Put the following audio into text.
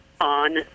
on